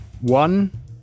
One